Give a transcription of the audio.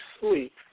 sleep